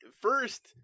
first